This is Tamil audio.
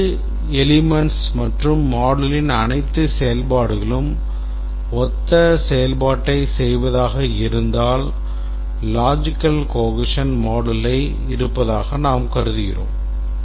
அனைத்து elements மற்றும் moduleயின் அனைத்து செயல்பாடுகளும் ஒத்த செயல்பாட்டைச் செய்வதாக இருந்தால் logical cohesion moduleக்கு இருப்பதாக நாம் கருதுகிறோம்